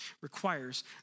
requires